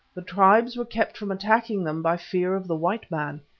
the tribes were kept from attacking them by fear of the white man.